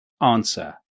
answer